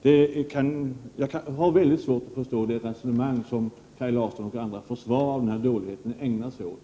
Jag har väldigt svårt att förstå det resonemang som Kaj Larsson och andra för som försvarar den nuvarande dåliga ordningen.